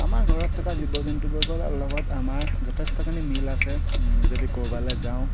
আমাৰ ঘৰত থকা জীৱ জন্তুবোৰৰ লগত আমাৰ যথেষ্টখিনি মিল আছে যদি ক'ৰবালৈ যাওঁ